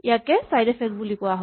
ইয়াকে side effect বুলি কোৱা হয়